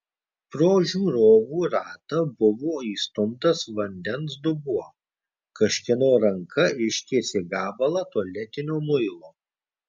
pro žiūrovų ratą buvo įstumtas vandens dubuo kažkieno ranka ištiesė gabalą tualetinio muilo